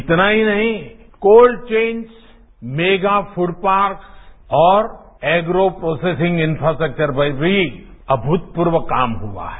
इतना ही नहीं cold chains mega food parks और एग्रो प्रोसेसिंग इफ्रास्ट्रकचर पर भी अमूतपूर्व काम हुआ है